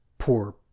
poor